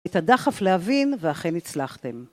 את הדחף להבין, ואכן הצלחתם.